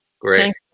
Great